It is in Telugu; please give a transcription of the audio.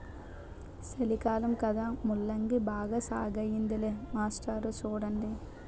సలికాలం కదా ముల్లంగి బాగా సాగయ్యిందిలే మాస్టారు సూడండి